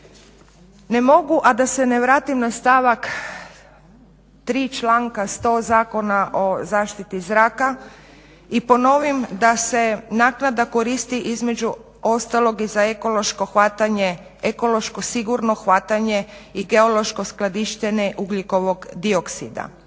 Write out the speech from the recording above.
Ne mogu a da se ne vratim na stavak 3.članka 100. Zakona o zaštiti zraka i ponovim da se naknada koristi između ostalog i za ekološko sigurno hvatanje i geološko skladištenje ugljikovog dioksida.